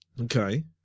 Okay